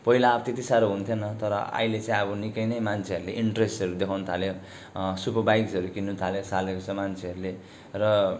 पहिला अब त्यति साह्रो हुन्थेन तर अहिले चाहिँ अब निकै नै मान्छेले इन्ट्रेस्टहरू देखाउन थाल्यो सुपर बाइक्सहरू किन्नु थालेको थालेको छ मान्छेहरूले र